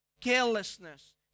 carelessness